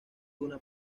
una